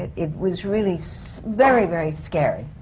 it it was really. so very, very scary.